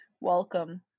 welcome